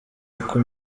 uko